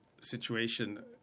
situation